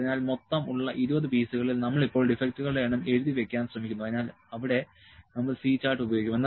അതിനാൽ മൊത്തം ഉള്ള 20 പീസുകളിൽ നമ്മൾ ഇപ്പോൾ ഡിഫെക്ടുകളുടെ എണ്ണം എഴുതി വയ്ക്കാൻ ശ്രമിക്കുന്നു അതിനാൽ അവിടെ നമ്മൾ C ചാർട്ട് ഉപയോഗിക്കും